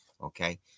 okay